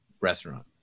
restaurant